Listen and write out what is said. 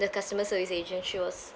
the customer service agent she was